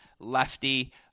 lefty